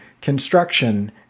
construction